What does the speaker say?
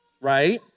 Right